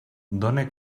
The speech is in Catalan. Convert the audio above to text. done